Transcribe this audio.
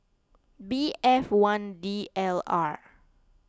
B F one D L R